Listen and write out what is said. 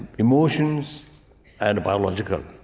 emotions and biology.